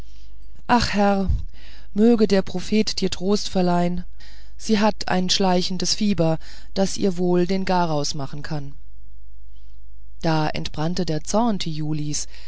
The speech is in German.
ach herr möge der prophet dir trost verleihen sie hat ein schleichendes fieber das ihr wohl den garaus machen kann da entbrannte der zorn thiulis